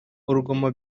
urugomo